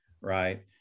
right